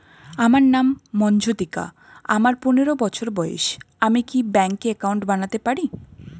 আমার নাম মজ্ঝন্তিকা, আমার পনেরো বছর বয়স, আমি কি ব্যঙ্কে একাউন্ট বানাতে পারি?